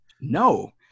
No